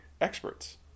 experts